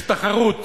יש תחרות